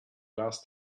last